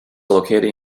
located